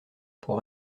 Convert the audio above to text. pour